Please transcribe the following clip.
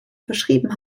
verschrieben